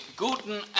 guten